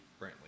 Brantley